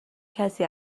کسی